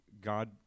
God